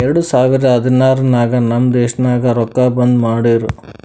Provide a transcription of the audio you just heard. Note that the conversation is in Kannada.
ಎರಡು ಸಾವಿರದ ಹದ್ನಾರ್ ನಾಗ್ ನಮ್ ದೇಶನಾಗ್ ರೊಕ್ಕಾ ಬಂದ್ ಮಾಡಿರೂ